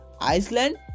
Iceland